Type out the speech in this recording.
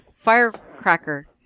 firecracker